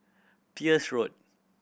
Peirce Road